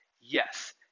Yes